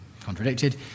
contradicted